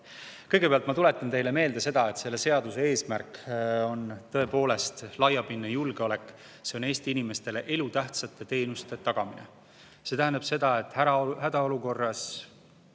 Kõigepealt ma tuletan teile meelde, et selle seaduse eesmärk on tõepoolest laiapindne julgeolek – see on Eesti inimestele elutähtsate teenuste tagamine. See tähendab seda, et hädaolukorras,